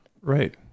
Right